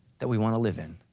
that we wanna live in,